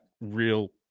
real